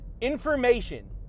Information